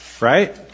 right